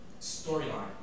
storyline